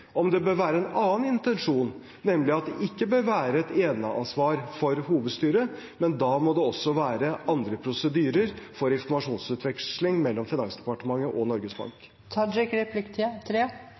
om det bør være en annen intensjon, nemlig at det ikke bør være et eneansvar for hovedstyret. Men da må det også være andre prosedyrer for informasjonsutveksling mellom Finansdepartementet og Norges Bank.